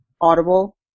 audible